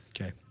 Okay